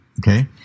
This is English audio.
okay